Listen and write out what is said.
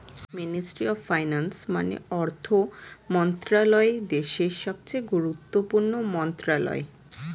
ministry of finance মানে অর্থ মন্ত্রণালয় দেশের সবচেয়ে গুরুত্বপূর্ণ মন্ত্রণালয়